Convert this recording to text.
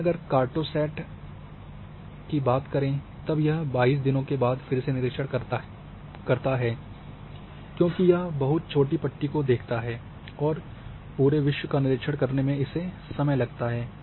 लेकिन अगर कार्टोसैट आप की बात करें तब यह 22 दिनों के बाद फिर से निरीक्षण करता है क्योंकि यह बहुत छोटी पट्टी को देखता है और पूरे विश्व का निरीक्षण करने में इसे समय लगता है